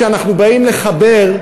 כשאנחנו באים לחבר,